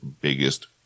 biggest